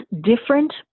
different